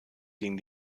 gegen